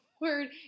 word